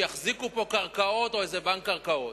שיחזיקו פה קרקעות, או איזה בנק קרקעות.